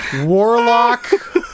warlock